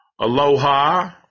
Aloha